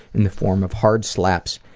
in the form of hard slaps,